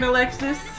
Alexis